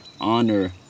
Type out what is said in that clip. honor